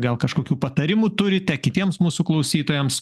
gal kažkokių patarimų turite kitiems mūsų klausytojams